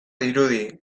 dirudi